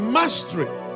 Mastery